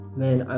man